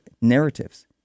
narratives